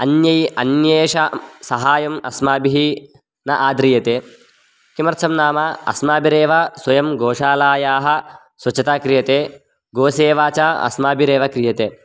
अन्यै अन्येषां सहायम् अस्माभिः न आध्रियते किमर्थं नाम अस्माभिरेव स्वयं गोशालायाः स्वच्छता क्रियते गोसेवा च अस्माभिरेव क्रियते